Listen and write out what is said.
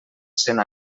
sent